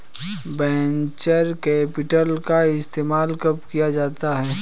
Venture capital का इस्तेमाल कब किया जाता है?